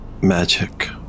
Magic